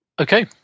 Okay